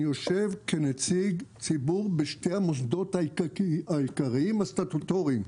אני יושב כנציג ציבור בשתי המוסדות העיקריים הסטטוטוריים,